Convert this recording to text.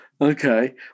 Okay